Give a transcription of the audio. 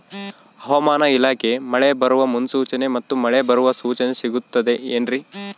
ಹವಮಾನ ಇಲಾಖೆ ಮಳೆ ಬರುವ ಮುನ್ಸೂಚನೆ ಮತ್ತು ಮಳೆ ಬರುವ ಸೂಚನೆ ಸಿಗುತ್ತದೆ ಏನ್ರಿ?